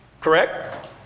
Correct